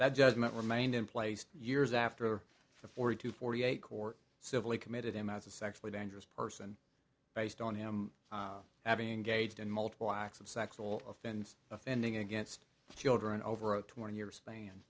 that judgment remained in place years after the forty two forty eight court civilly committed him as a sexually dangerous person based on him having gauged in multiple acts of sexual offense offending against children over a twenty year span